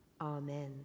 Amen